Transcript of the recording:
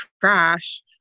trash